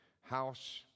house